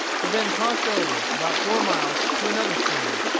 he then crossed over, about four miles, to another stream.